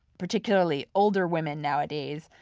particularly older women nowadays,